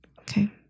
Okay